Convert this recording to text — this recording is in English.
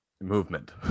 movement